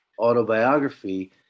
autobiography